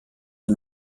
der